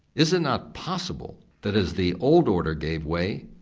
is it not possible that as the old order gave way,